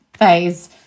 phase